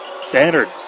Standard